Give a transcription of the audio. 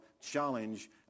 challenge